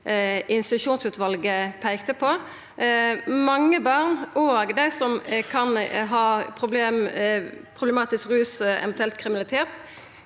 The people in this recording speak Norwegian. stitusjonsutvalet peikte på. Mange barn, òg dei som kan ha problem med rus og eventuelt kriminalitet,